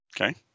Okay